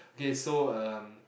okay so um